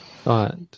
thought